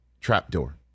trapdoor